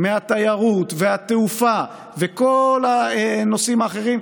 מהתיירות והתעופה וכל הנושאים האחרים,